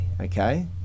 okay